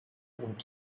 und